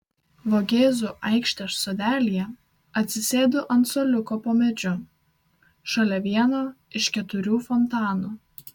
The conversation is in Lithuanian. vogėzų aikštės sodelyje atsisėdu ant suoliuko po medžiu šalia vieno iš keturių fontanų